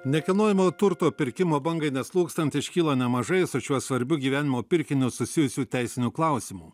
nekilnojamojo turto pirkimo bangai neslūgstant iškyla nemažai su šiuo svarbiu gyvenimo pirkiniu susijusių teisinių klausimų